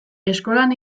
eskolan